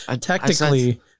technically